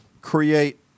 create